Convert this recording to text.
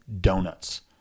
donuts